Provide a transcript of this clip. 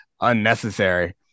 unnecessary